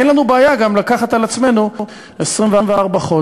אין לנו בעיה גם לקחת על עצמנו 24 חודש.